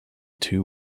two